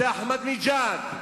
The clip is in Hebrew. זה אחמדינג'אד,